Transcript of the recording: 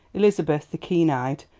elizabeth, the keen-eyed,